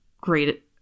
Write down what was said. great